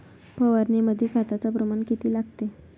फवारनीमंदी खताचं प्रमान किती घ्या लागते?